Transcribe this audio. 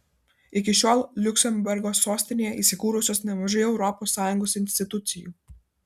iki šiol liuksemburgo sostinėje įsikūrusios nemažai europos sąjungos institucijų